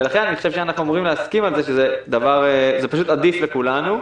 ולכן אני חושב שאנחנו אמורים להסכים על זה שזה עדיף לכולנו.